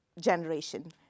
generation